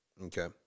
Okay